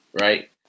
right